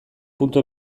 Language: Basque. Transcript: puntu